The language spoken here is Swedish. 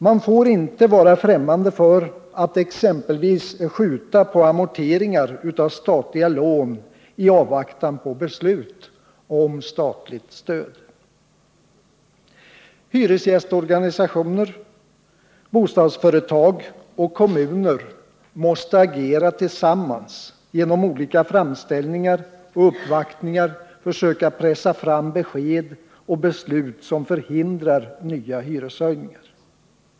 Man får inte vara främmande för tanken att exempelvis skjuta på amorteringar av statliga lån i avvaktan på beslut om statligt stöd. Hyresgästorganisationer, bostadsföretag och kommuner måste agera tillsammans och genom olika framställningar och uppvaktningar försöka pressa fram besked och beslut som förhindrar nya hyreshöjningar.